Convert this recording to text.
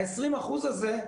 ה-20% האלה,